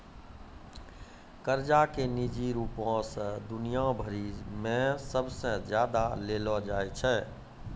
कर्जा के निजी रूपो से दुनिया भरि मे सबसे ज्यादा लेलो जाय छै